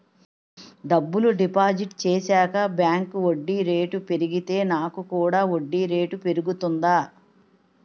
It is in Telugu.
డబ్బులు డిపాజిట్ చేశాక బ్యాంక్ వడ్డీ రేటు పెరిగితే నాకు కూడా వడ్డీ రేటు పెరుగుతుందా?